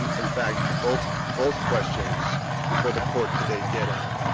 in fact, both both questions before the court today get at.